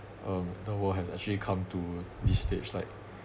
um the world has actually come to this stage like